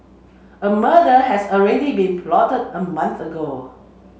a murder had already been plotted a month ago